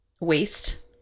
waste